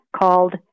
called